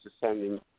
descending